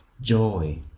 joy